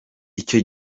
icyo